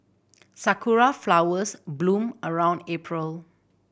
sakura flowers bloom around April